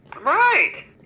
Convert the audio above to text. Right